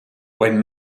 when